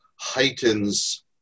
heightens